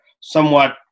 somewhat